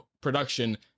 production